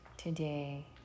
today